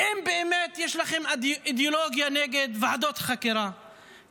אם באמת יש לכם אידיאולוגיה נגד ועדות חקירה,